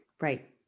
Right